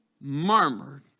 murmured